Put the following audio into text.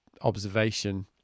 observation